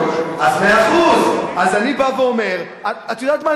אז מאה אחוז, אז אני בא ואומר, את יודעת מה?